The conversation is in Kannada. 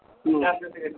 ಹ್ಞೂ